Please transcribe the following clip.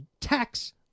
tax